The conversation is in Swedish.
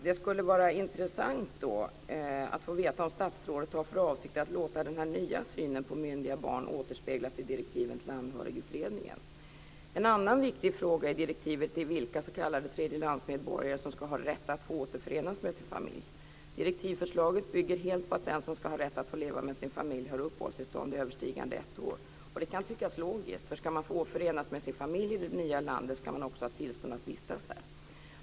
Det skulle vara intressant att få veta om statsrådet har för avsikt att låta den nya synen på myndiga barn återspeglas i direktiven till anhörigutredningen. En annan viktig fråga i direktivet är vilka s.k. tredjelandsmedborgare som ska ha rätt att få återförenas med sin familj. Direktivförslaget bygger helt på att den som ska ha rätt att få leva med sin familj har uppehållstillstånd överstigande ett år. Det kan tyckas logiskt. Ska man få förenas med sin familj i det nya landet ska man också ha tillstånd att vistas där.